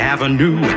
Avenue